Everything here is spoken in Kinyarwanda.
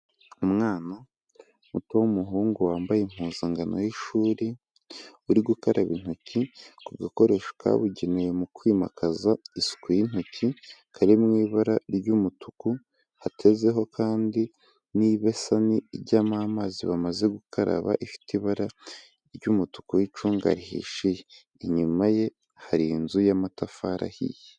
Umwana muto w'umuhungu wambaye impuzangano y'ishuri, uri gukaraba intoki ku gakoresho kabugenewe mu kwimakaza isuku y'intoki, kari mu ibara ry'umutuku, hatezeho kandi n'ibasani ijyamo amazi bamaze gukaraba, ifite ibara ry'umutuku w'icunga rihishiye. Inyuma ye hari inzu y'amatafari ahiye.